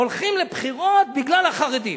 הולכים לבחירות בגלל החרדים.